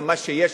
גם מה שיש,